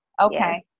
Okay